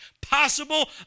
possible